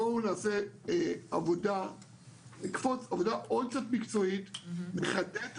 בואו נעשה עבודה עוד קצת מקצועית ונחדד את